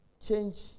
change